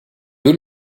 deux